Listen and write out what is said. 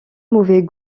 mauvais